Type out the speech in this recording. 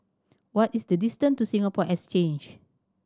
what is the distance to Singapore Exchange